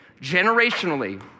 generationally